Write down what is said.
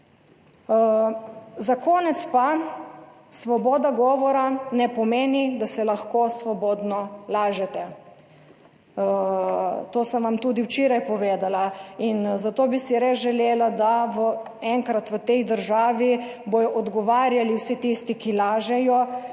Za konec pa, svoboda govora ne pomeni, da se lahko svobodno lažete. To sem vam tudi včeraj povedala. In zato bi si res želela, da enkrat v tej državi bodo odgovarjali vsi tisti, ki lažejo,